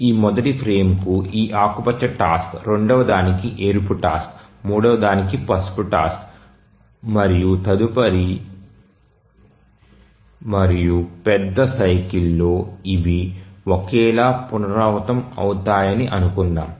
ఈ మొదటి ఫ్రేమ్కు ఈ ఆకుపచ్చ టాస్క్ రెండవ దానికి ఎరుపు టాస్క్ మూడవ దానికి పసుపు టాస్క్ మరియు తదుపరి మరియు పెద్ద సైకిల్లో అవి ఒకేలా పునరావృతం అవుతాయని అనుకుందాం